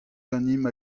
ganimp